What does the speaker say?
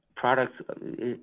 Products